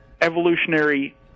evolutionary